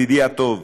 ידידי הטוב,